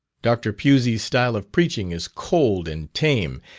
dr. pusey's style of preaching is cold and tame,